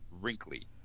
wrinkly